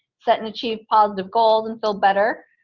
set and achieve positive goals and feel better,